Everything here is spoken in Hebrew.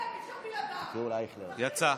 יצא.